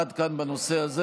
עד כאן בנושא הזה.